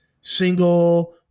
single